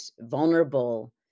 vulnerable